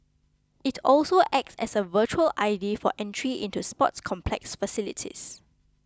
it also acts as a virtual I D for entry into sports complex facilities